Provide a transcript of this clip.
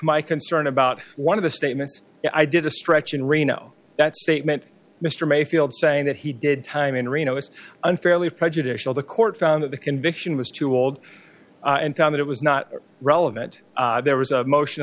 my concern about one of the statements i did a stretch in reno that statement mr mayfield saying that he did time in reno is unfairly prejudicial the court found that the conviction was too old and found that it was not relevant there was a motion